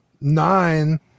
nine